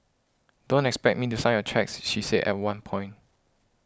don't expect me to sign your cheques she said at one point